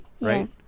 Right